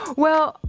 well,